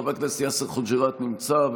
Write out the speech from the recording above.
חבר הכנסת יאסר חוג'יראת נמצא,